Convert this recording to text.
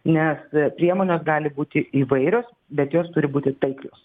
nes priemonės gali būti įvairios bet jos turi būti taiklios